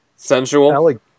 Sensual